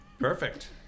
Perfect